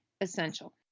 essential